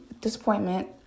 disappointment